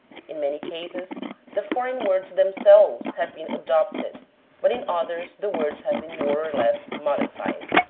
in many cases the foreign words themselves have been adopted but in others the words have been more or less modified.